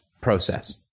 process